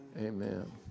Amen